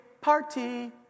party